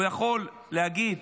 הוא יכול להגיד